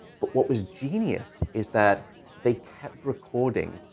but what was genius is that they kept recording.